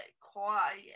quiet